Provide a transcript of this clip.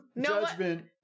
judgment—